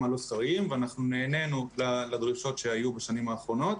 הלא סחירים ואנחנו נענינו לדרישות שהיו בשנים האחרונות.